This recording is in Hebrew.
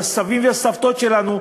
על הסבים והסבתות שלנו,